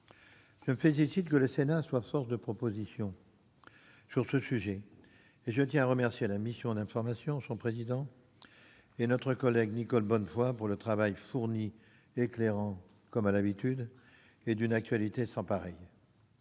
Je me félicite que le Sénat soit force de proposition sur ce sujet, et je tiens à remercier la mission d'information, son président et notre collègue Nicole Bonnefoy pour le travail fourni, éclairant comme à l'habitude et d'une actualité sans pareille.